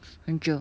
很久